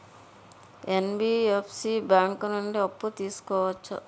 NBFC bank నుండి అప్పు తీసుకోవచ్చా?